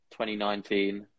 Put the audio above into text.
2019